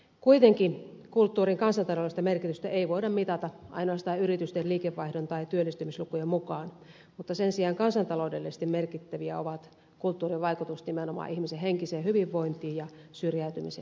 kuitenkaan kulttuurin kansantaloudellista merkitystä ei voida mitata ainoastaan yritysten liikevaihdon tai työllistymislukujen mukaan mutta sen sijaan kansantaloudellisesti merkittäviä ovat kulttuurin vaikutukset nimenomaan ihmisen henkiseen hyvinvointiin ja syrjäytymisen ehkäisemiseen